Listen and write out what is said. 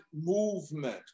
movement